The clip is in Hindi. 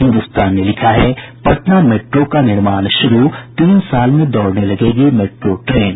हिन्दुस्तान ने लिखा है पटना मेट्रो का निर्माण शुरू तीन साल में दौड़ने लगेगी मेट्रो ट्रेन